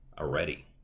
already